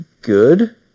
good